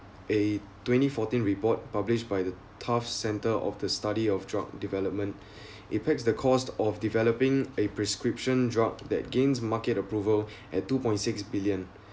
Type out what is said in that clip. a twenty fourteen report published by the tough centre of the study of drug development apex the cost of developing a prescription drug that gains market approval at two point six billion